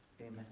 Amen